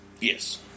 Yes